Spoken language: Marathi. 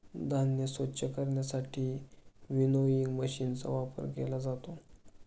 धान्य स्वच्छ करण्यासाठी विनोइंग मशीनचा वापर केला जातो